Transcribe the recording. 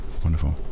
wonderful